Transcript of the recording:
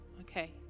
Okay